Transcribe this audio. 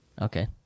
Okay